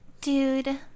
dude